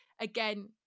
again